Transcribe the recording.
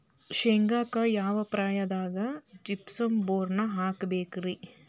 ಶೇಂಗಾಕ್ಕ ಯಾವ ಪ್ರಾಯದಾಗ ಜಿಪ್ಸಂ ಬೋರಾನ್ ಹಾಕಬೇಕ ರಿ?